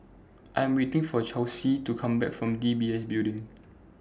I Am waiting For Chelsi to Come Back from D B S Building